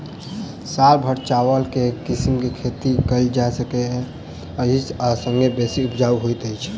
साल भैर चावल केँ के किसिम केँ खेती कैल जाय सकैत अछि आ संगे बेसी उपजाउ होइत अछि?